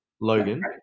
Logan